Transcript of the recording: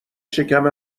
شکم